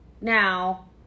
now